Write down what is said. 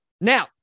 Now